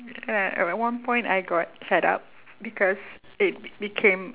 ya at one point I got fed up because it became